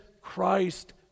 Christ